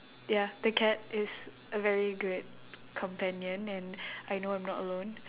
ya the cat is a very good companion and I know I'm not alone